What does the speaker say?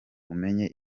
umenye